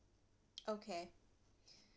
okay